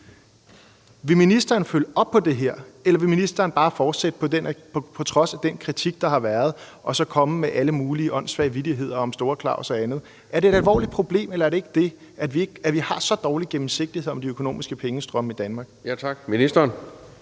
Vil ministeren følge op på det her, eller vil ministeren på trods af den kritik, der har været, bare fortsætte med at komme med alle mulige åndsvage vittigheder om Store Klaus og andet? Er det et alvorligt problem, eller er det ikke, at vi har så dårlig gennemsigtighed om de økonomiske pengestrømme i Danmark? Kl. 14:28 Anden